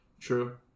True